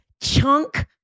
chunk